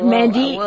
Mandy